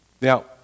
Now